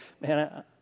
man